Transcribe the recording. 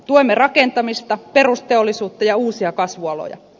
tuemme rakentamista perusteollisuutta ja uusia kasvualoja